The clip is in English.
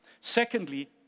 Secondly